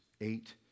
eight